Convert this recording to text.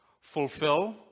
Fulfill